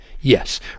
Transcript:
Yes